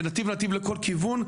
לנתיב-נתיב לכל כיוון,